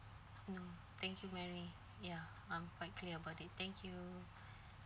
no thank you mary ya I'm quite clear about it thank you